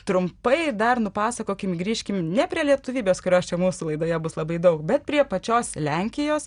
trumpai dar nupasakokim grįžkim ne prie lietuvybės kurios čia mūsų laidoje bus labai daug bet prie pačios lenkijos